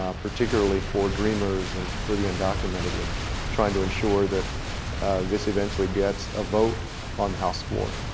ah particularly for dreamers and for the undocumented and trying to ensure that this eventually gets a vote on the house floor.